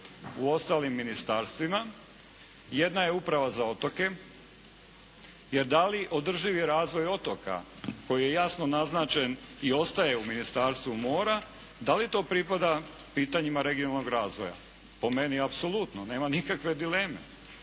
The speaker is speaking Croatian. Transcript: u ostalim ministarstvima, jedna je uprava za otoke, jer da li održivi razvoj otoka koji je jasno naznačen i ostaje u Ministarstvu mora, da li to pripada pitanjima regionalnog razvoja. Po meni apsolutno nema nikakve dileme.